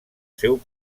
seu